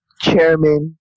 chairman